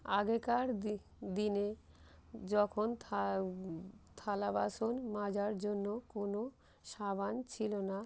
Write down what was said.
আগেকার দিনে যখন থালা বাসন মাজার জন্য কোনো সাবান ছিল না